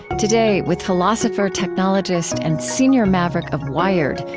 today, with philosopher-technologist and senior maverick of wired,